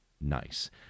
Nice